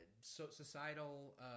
societal